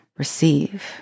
receive